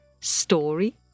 story